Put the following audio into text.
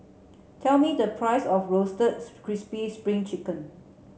tell me the price of roasted crispy spring chicken